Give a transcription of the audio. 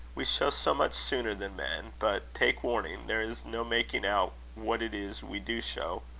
we show so much sooner than men but, take warning, there is no making out what it is we do show.